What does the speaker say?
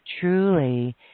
truly